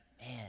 man